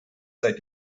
seit